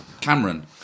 Cameron